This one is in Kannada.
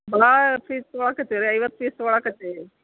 ಬ್ಲಾವ್ ಪೀಸ್ ತಗೊಳಕ್ಕೆ ಹತ್ತೀವಿ ರೀ ಐವತ್ತು ಪೀಸ್ ತಗೊಳಕ್ಕೆ ಹತ್ತೀವಿ ರೀ